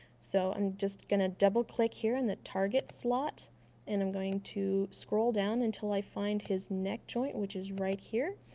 so, i'm just going to double click here in the target slot and i'm going to scroll down until i find his neck joint which is right here.